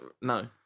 no